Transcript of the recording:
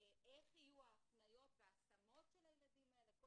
איך יהיו ההפניות וההשמות של הילדים האלה.